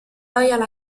royal